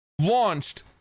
launched